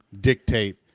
dictate